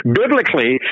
biblically